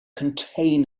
contain